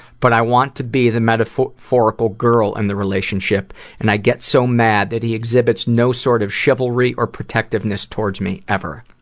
but i want to be the metaphorical girl in and the relationship and i get so mad that he exhibits no sort of chivalry or protectiveness towards me ever.